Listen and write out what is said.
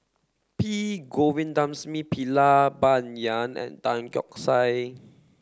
P Govindasamy Pillai Bai Yan and Tan Keong Saik